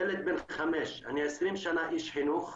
ילד בן 5. אני 20 שנה איש חינוך,